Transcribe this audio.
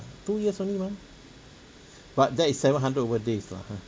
two years only mah but that is seven hundred over days lah !huh!